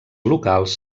locals